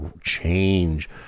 change